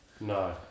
No